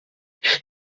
disc